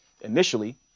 Initially